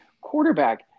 quarterback